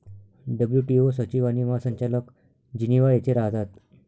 WTO सचिव आणि महासंचालक जिनिव्हा येथे राहतात